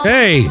Hey